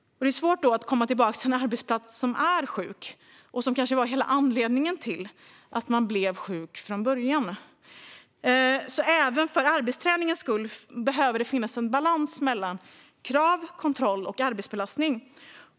Det är svårt att komma tillbaka till en arbetsplats som är sjuk, vilket kanske var anledningen till att man blev sjuk från början. Även för arbetsträningens skull behöver det alltså finnas en balans mellan krav, kontroll och arbetsbelastning.